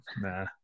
nah